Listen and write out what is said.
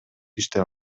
иштеп